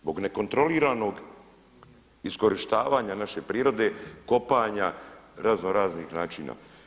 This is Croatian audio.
Zbog nekontroliranog iskorištavanja naše prirode, kopanja, razno raznih načina.